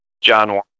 John